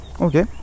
Okay